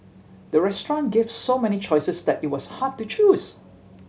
the restaurant gave so many choices that it was hard to choose